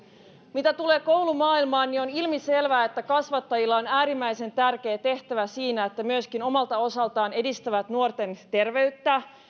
mitä tulee koulumaailmaan niin on on ilmiselvää että kasvattajilla on äärimmäisen tärkeä tehtävä siinä että myöskin omalta osaltaan edistävät nuorten terveyttä